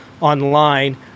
online